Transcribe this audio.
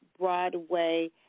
Broadway